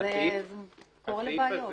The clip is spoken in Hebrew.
זה גורם לבעיות.